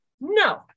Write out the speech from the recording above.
No